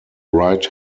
right